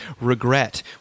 regret